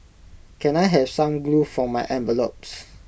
can I have some glue for my envelopes